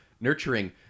nurturing